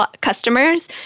customers